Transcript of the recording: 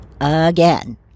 again